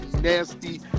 nasty